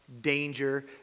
danger